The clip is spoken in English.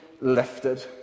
lifted